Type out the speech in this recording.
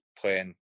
playing